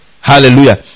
Hallelujah